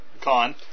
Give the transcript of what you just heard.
con